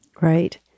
Right